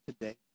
today